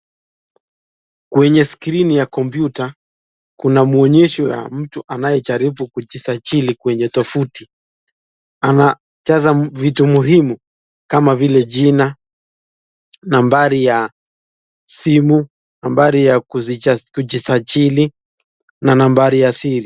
Kwenye skrini ya kompyuta, kuna mwonyesho ya mtu anayejaribu kujisajili kwenye tovuti, anajaza vitu muhimu kama vile jina, nambari ya simu, nambari ya kujisajili na nambari ya siri.